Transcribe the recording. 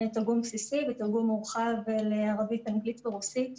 תרגום בסיסי, ותרגום מורחב לערבית, אנגלית ורוסית.